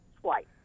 twice